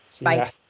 Bye